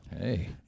Hey